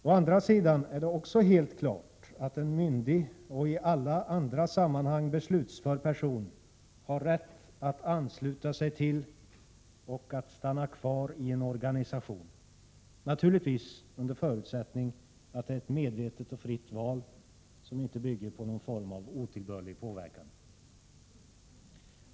Det är emellertid också helt klart att en myndig och i alla andra sammanhang beslutsför person har rätt att ansluta sig till och stanna kvar i en organisation, naturligtvis under förutsättning att det är medvetet och fritt val som inte bygger på någon form av otillbörlig påverkan.